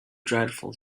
dreadful